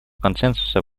консенсуса